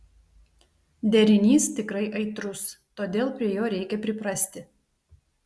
derinys tikrai aitrus todėl prie jo reikia priprasti